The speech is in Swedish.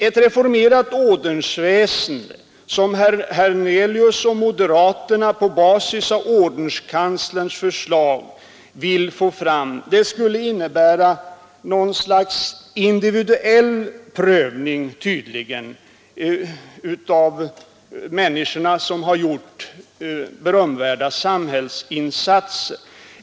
Ett reformerat ordensväsende som herr Hernelius och moderaterna på basis av ordenskanslerns förslag vill få fram skulle tydligen innebära något slags individuell prövning av de människor som har gjort berömvärda samhällsinsatser.